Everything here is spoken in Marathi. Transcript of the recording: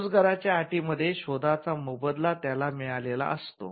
रोजगाराच्या अटींमध्ये शोधाचा मोबदला त्याला मिळालेला असतो